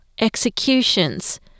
executions